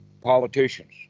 politicians